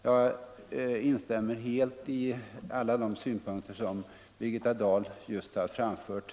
Jag instämmer helt i alla de synpunkter som Birgitta Dahl här framfört.